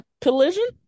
collision